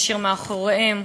כאשר מאחוריהם